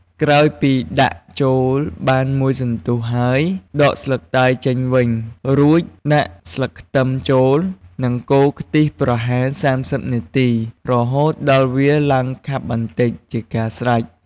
ក្រោយពីដាក់ចូលបានមួយសន្ទុះហើយ ដកស្លឹកតើយចេញវិញ រួចដាក់ស្លឹកខ្ទឹមចូល និងកូរខ្ទិះប្រហែល៣០វិនាទី រហូតដល់វាឡើងខាប់បន្តិច ជាការស្រេច។